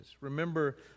Remember